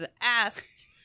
asked